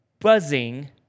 buzzing